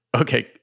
Okay